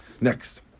Next